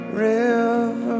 river